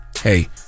Hey